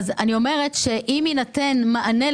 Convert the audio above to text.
אני אומרת שאם יינתן מענה,